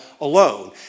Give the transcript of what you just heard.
alone